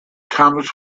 thomas